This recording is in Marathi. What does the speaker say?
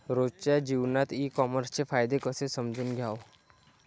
रोजच्या जीवनात ई कामर्सचे फायदे कसे समजून घ्याव?